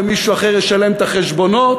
ומישהו אחר ישלם את החשבונות,